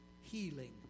healing